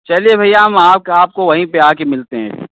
चलिए भैया हम आके आपको वही परआके मिलते हैं